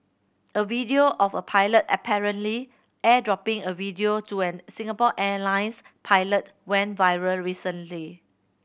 a video of a pilot apparently airdropping a video to an Singapore Airlines pilot went viral recently